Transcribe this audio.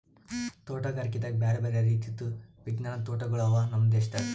ತೋಟಗಾರಿಕೆದಾಗ್ ಬ್ಯಾರೆ ಬ್ಯಾರೆ ರೀತಿದು ವಿಜ್ಞಾನದ್ ತೋಟಗೊಳ್ ಅವಾ ನಮ್ ದೇಶದಾಗ್